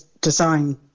design